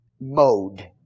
mode